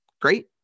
Great